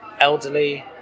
elderly